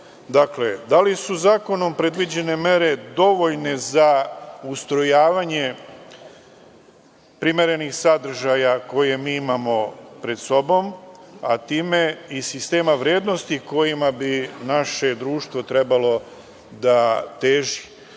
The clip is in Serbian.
itd. Dakle, da li su zakonom predviđene mere dovoljne za ustrojavanje primerenih sadržaja koje imamo pred sobom, a time i sistema vrednosti kojima bi naše društvo trebalo da teži